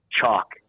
chalk